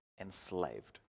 enslaved